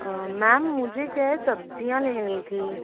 ma'am मुझे क्या है सब्ज़ियाँ लेनी थी